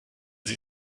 sie